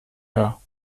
her